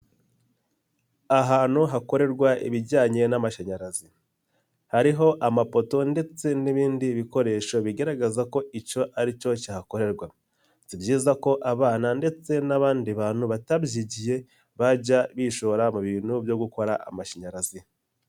Ahantu hakorerwa ibijyanye n'amashanyarazi hariho amapoto ndetse n'ibindi bikoresho bigaragaza ko icyo aricyo cyahakorerwa. Si byiza ko abana ndetse n'abandi bantu batabyigiye bajya bishora mu bintu byo gukora amashanyarazi.